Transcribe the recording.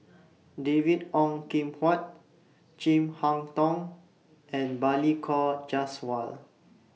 David Ong Kim Huat Chin Harn Tong and Balli Kaur Jaswal